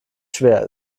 schwer